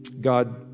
God